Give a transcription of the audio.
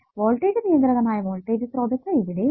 voltage നിയന്ത്രിതമായ voltage സ്രോതസ്സ് ഇവിടെ ഉണ്ട്